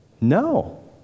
No